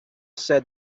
said